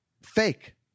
fake